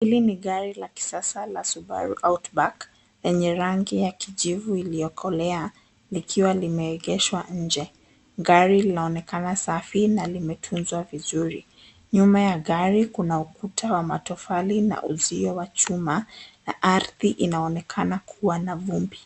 Hili ni gari la kisasa la Subaru Outback lenye rangi ya kijivu iliyokolea likiwa limeegeshwa nje. Gari linaonekana safi na limetunzwa vizuri. Nyuma ya gari kuna ukuta wa matofali na uzio wa chuma. Ardhi inaonekana kuwa na vumbi.